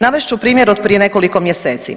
Navest ću primjer od prije nekoliko mjeseci.